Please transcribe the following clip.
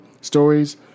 stories